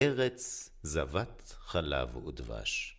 ארץ זבת חלב ודבש